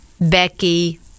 Becky